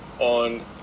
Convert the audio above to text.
on